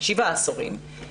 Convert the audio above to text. שבעה עשורים.